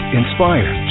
inspire